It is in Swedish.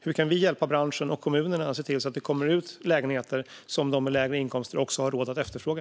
Så kan vi hjälpa branschen och kommunerna att se till att det kommer ut lägenheter som de med lägre inkomster också har råd att efterfråga.